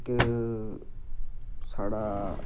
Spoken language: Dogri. इक साढ़ा